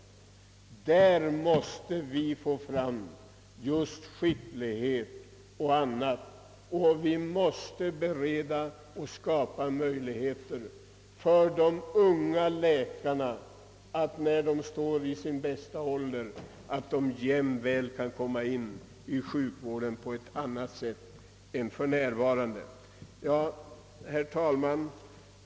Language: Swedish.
Men just där måste vi ta hänsyn till skickligheten på ett sätt som gör det möjligt för de unga läkarna att i sin bästa ålder komma in vid sjukvården i en annan utsträckning än för närvarande. Herr talman!